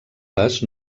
les